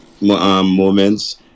Moments